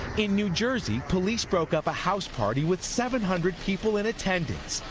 in new jersey police broke up a house party with seven hundred people in attendance.